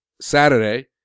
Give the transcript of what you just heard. Saturday